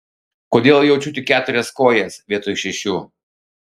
kodėl jaučiu tik keturias kojas vietoj šešių